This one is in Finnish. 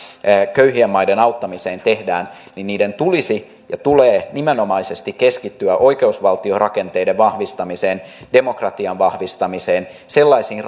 köyhien maiden auttamiseen tehdään tulisi ja tulee nimenomaisesti keskittyä oikeusvaltiorakenteiden vahvistamiseen demokratian vahvistamiseen sellaisiin